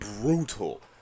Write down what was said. brutal